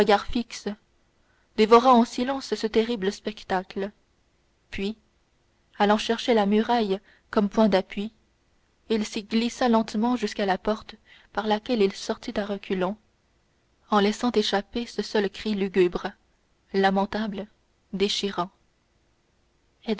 fixe dévora en silence ce terrible spectacle puis allant chercher la muraille comme point d'appui il s'y glissa lentement jusqu'à la porte par laquelle il sortit à reculons en laissant échapper ce seul cri lugubre lamentable déchirant